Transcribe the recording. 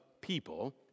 people